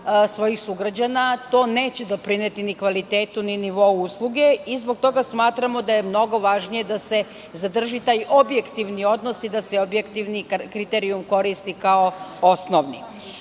svojih sugrađana, a to neće doprineti ni kvalitetu ni nivou usluge. Zbog toga smatramo da je mnogo važnije da se zadrži taj objektivni odnos i da se objektivni kriterijum koristi kao osnovni.U